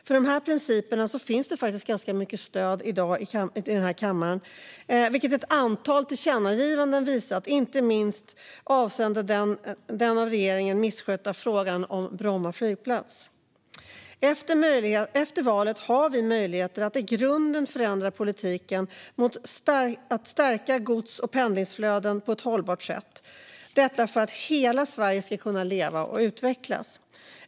För dessa principer finns det faktiskt ganska mycket stöd i dag i denna kammare, vilket ett antal tillkännagivanden har visat, inte minst avseende den av regeringen misskötta frågan om Bromma flygplats. Efter valet har vi möjligheter att i grunden förändra politiken mot att stärka gods och pendlingsflöden på ett hållbart sätt för att hela Sverige ska kunna leva och utvecklas.